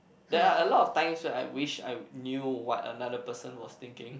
there are a lot of times where I wish I knew what another person was thinking